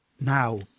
now